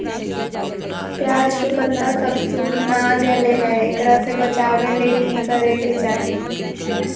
प्याज के पत्ता सब सुखना गेलै हैं, एकरा से बचाबे ले की करेके चाही?